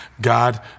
God